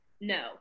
No